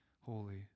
holy